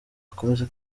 akomeze